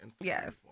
yes